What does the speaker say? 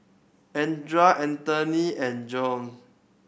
Andria Anthoney and Josue